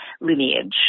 lineage